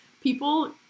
People